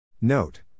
Note